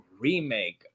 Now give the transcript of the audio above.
remake